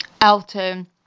Elton